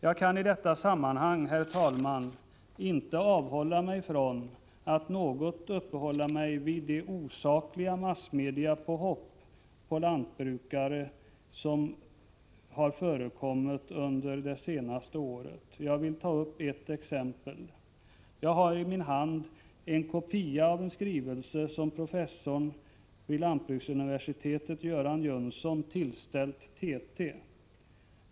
Jag kan i detta sammanhang, herr talman, inte avhålla mig från att något uppehålla mig vid de osakliga massmediepåhopp på lantbrukare som har förekommit under det senaste året. Jag vill ta upp ett exempel. Jag har i min hand en kopia av en skrivelse som professorn vid lantbruksuniversitetet, Göran Jönsson, har tillställt TT.